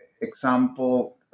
example